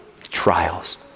trials